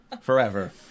forever